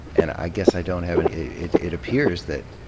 and i guess i don't have any, it it appears that